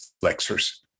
flexors